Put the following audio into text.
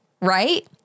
right